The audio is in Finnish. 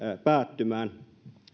päättymään